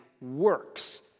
works